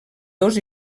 dos